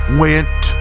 went